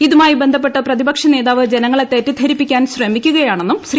ഇതുമായി ബന്ധപ്പെട്ട് പ്രതിപക്ഷ നേതാവ് ജനങ്ങളെ തെറ്റിദ്ധരിപ്പിക്കാൻ ശ്രമിക്കുകയാണെന്നും ശ്രീ